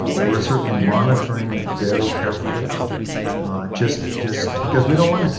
ah we're certainly monitoring it very carefully just just because we don't want it.